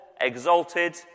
exalted